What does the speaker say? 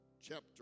chapter